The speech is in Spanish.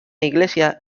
iglesia